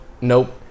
nope